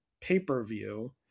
pay-per-view